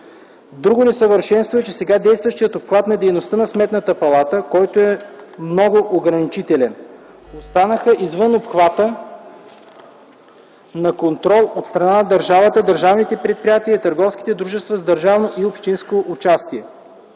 Друго несъвършенство е сега действащият обхват на дейността на Сметната палата, който е много ограничителен. Останаха извън обхвата на контрол от страна на държавата държавните предприятия и търговските дружества с държавно и общинско участие.